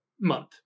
month